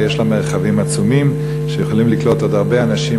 ויש לה מרחבים עצומים שיכולים לקלוט עוד הרבה אנשים,